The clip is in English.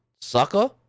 sucker